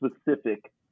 specific